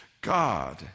God